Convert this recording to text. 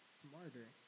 smarter